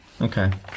Okay